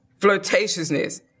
flirtatiousness